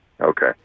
Okay